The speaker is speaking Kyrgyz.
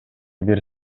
бир